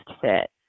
fit